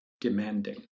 demanding